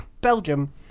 Belgium